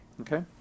Okay